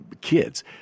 kids